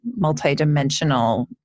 multidimensional